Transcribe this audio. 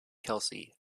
kelsey